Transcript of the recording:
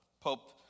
Pope